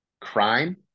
crime